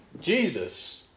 Jesus